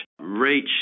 reach